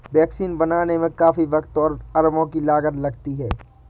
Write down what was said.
vaccine बनाने में काफी वक़्त और अरबों की लागत लगती है